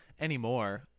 anymore –